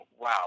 wow